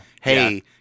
Hey